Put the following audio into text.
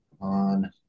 on